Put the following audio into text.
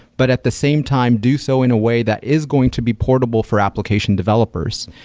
but at the same time do so in a way that is going to be portable for application developers.